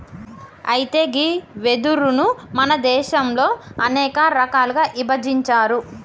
అయితే గీ వెదురును మన దేసంలో అనేక రకాలుగా ఇభజించారు